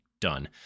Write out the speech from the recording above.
done